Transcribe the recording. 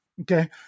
Okay